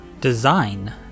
design